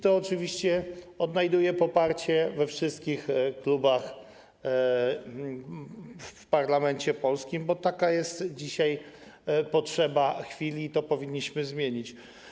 To oczywiście znajduje poparcie we wszystkich klubach w polskim parlamencie, bo taka jest dzisiaj potrzeba chwili, to powinniśmy zmienić.